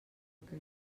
que